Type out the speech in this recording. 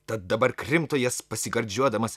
tad dabar krimto jas pasigardžiuodamas